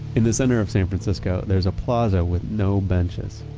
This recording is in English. in the center of san francisco, there's a plaza with no benches.